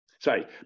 sorry